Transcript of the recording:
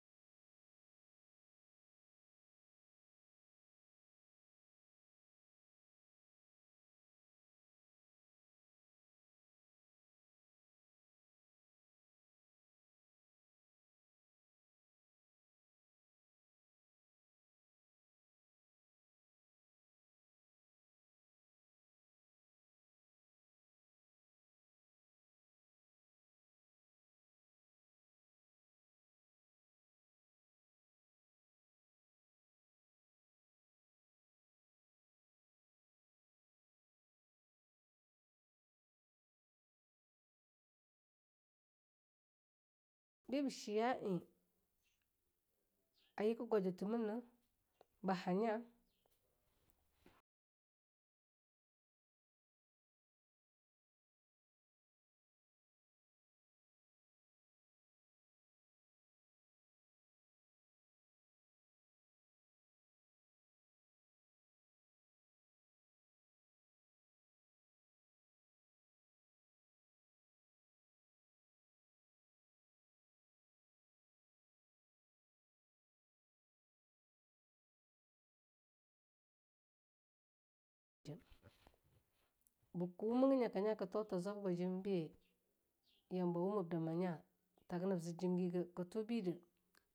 Bibah shi ya eh a yika gwajuta milna ba ha nya birka wuma ga nyaka nya ka tuwata zwabba jimbe yambo wumib dama nya ta haga zir jim giga ka tubi de.